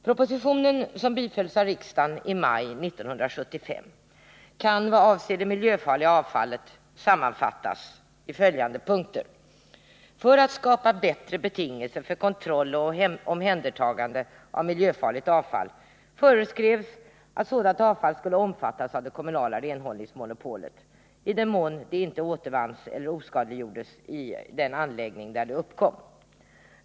Propositionen, som bifölls av riksdagen i maj 1975, kan vad avser det miljöfarliga avfallet sammanfattas i följande punkter. För att man skulle kunna skapa bättre betingelser för kontroll och omhändertagande av miljöfarligt avfall föreskrevs att sådant avfall skulle omfattas av det kommunala renhållningsmonopolet, i den mån det inte återvanns eller oskadliggjordes vid den anläggning där det uppkom.